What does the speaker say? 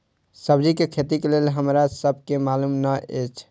सब्जी के खेती लेल हमरा सब के मालुम न एछ?